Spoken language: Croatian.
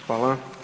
Hvala.